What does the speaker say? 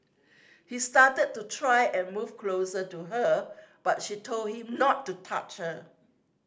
he started to try and move closer to her but she told him not to touch her